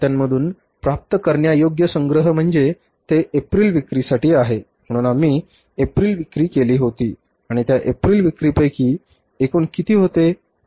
खात्यांमधून प्राप्त करण्यायोग्य संग्रह म्हणजे ते एप्रिल विक्रीसाठी आहे म्हणून आम्ही एप्रिल विक्री केली होती आणि त्या एप्रिल विक्रीपैकी एकूण किती होते